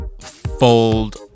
fold